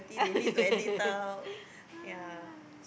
ah